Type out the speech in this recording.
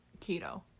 keto